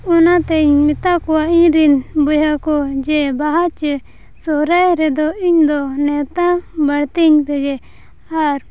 ᱚᱱᱟᱛᱮᱧ ᱢᱮᱛᱟ ᱠᱚᱣᱟ ᱤᱧᱨᱮᱱ ᱵᱚᱭᱦᱟ ᱠᱚ ᱡᱮ ᱵᱟᱦᱟ ᱪᱮ ᱥᱚᱦᱨᱟᱭ ᱨᱮᱫᱚ ᱤᱧ ᱫᱚ ᱱᱮᱶᱛᱟ ᱵᱟᱨᱛᱮᱧ ᱯᱮᱜᱮ ᱟᱨ